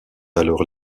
alors